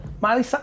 Miley